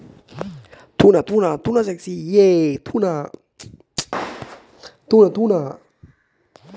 Education ಗೆ ಸಾಲ ಕೊಡ್ತೀರಾ, ಕೊಡುವುದಾದರೆ ಆನ್ಲೈನ್ ಶಿಕ್ಷಣಕ್ಕೆ ಕೊಡ್ತೀರಾ?